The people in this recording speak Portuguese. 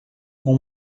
com